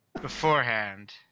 Beforehand